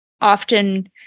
often